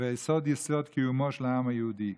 ויסוד קיומו של העם היהודי.